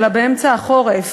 אלא באמצע החורף.